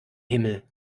himmel